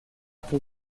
cri